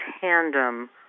tandem